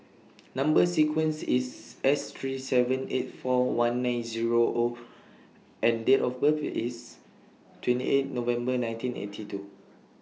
Number sequence IS S three seven eight four one nine Zero O and Date of birth IS twenty eight November nineteen eighty two